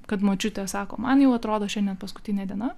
kad močiutė sako man jau atrodo šiandien paskutinė diena